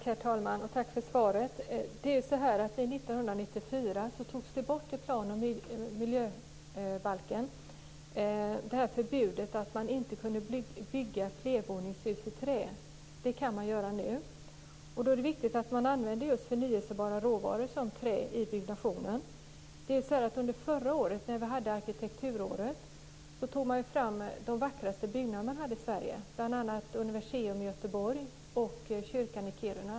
Herr talman! Tack för svaret! År 1994 togs förbudet mot att bygga flervåningshus i trä bort ur planoch miljöbalken. Det kan man alltså göra nu. Då är det viktigt att man också använder förnybara råvaror, som trä, i byggnationen. Under förra året, när vi hade arkitekturåret, valdes de vackraste byggnaderna i Sverige. Det var bl.a. Universeum i Göteborg och kyrkan i Kiruna.